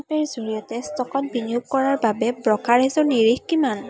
ফোনপে'ৰ জৰিয়তে ষ্টকত বিনিয়োগ কৰাৰ বাবে ব্ৰ'কাৰেজৰ নিৰিখ কিমান